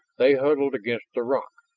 they huddled against the rock,